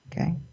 Okay